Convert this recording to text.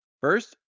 First